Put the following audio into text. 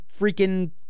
freaking